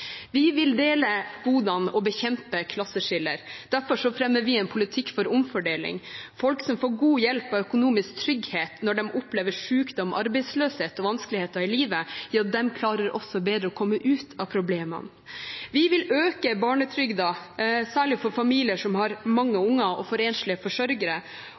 Vi vil dele godene og bekjempe klasseskiller. Derfor fremmer vi en politikk for omfordeling. Folk som får god hjelp og økonomisk trygghet når de opplever sykdom, arbeidsløshet og vanskeligheter i livet, klarer også bedre å komme ut av problemene. Vi vil øke barnetrygden – særlig for familier som har mange unger, og for enslige forsørgere